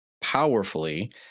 powerfully